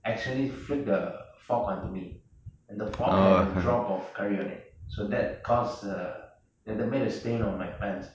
actually flipped the fork onto me and the fork had a drop of curry on it so that a cause that made a stain on my pants